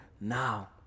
now